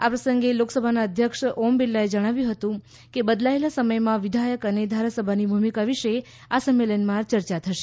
આ પ્રસંગે લોકસભાના અધ્યક્ષ ઓમ બિરલાએ જણાવ્યું હતું કે બદલાયેલા સમયમાં વિદ્યાયક અને ધારાસભાની ભૂમિકા વિશે આ સંમેલનમાં ચર્ચા થશે